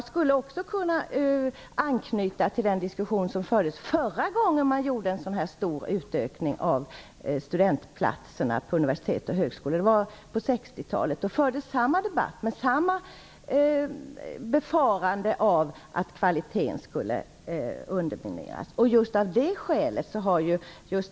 Jag skulle också kunna anknyta till den diskussion som fördes den förra gången som det gjordes en sådan här stor utökning av antalet platser på universitet och högskolor. Det skedde på 60-talet. Då fördes samma debatt. Man befarade också då att kvaliteten skulle undermineras.